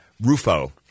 Rufo